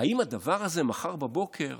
האם הדבר הזה מחר בבוקר